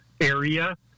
area